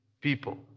people